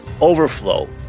overflow